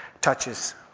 touches